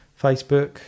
facebook